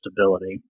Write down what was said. stability